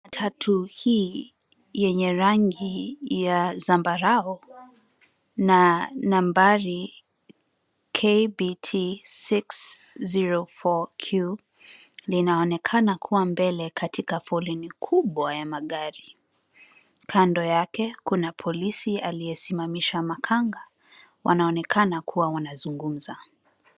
Matatu hii yenye rangi ya zambarau na nambari KBT 604Q linaonekana kuwa mbele katika foleni kubwa ya magari. Kando yake kuna polisi aliyesimamisha makanga wanaonekana kuwa wanazungumza.